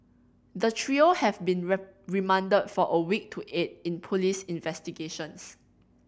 the trio have been remanded for a week to aid in police investigations